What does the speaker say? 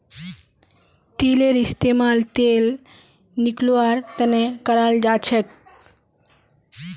तिलेर इस्तेमाल तेल निकलौव्वार तने कराल जाछेक